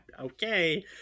okay